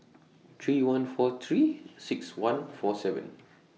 three one four three six one four seven